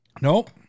nope